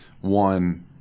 one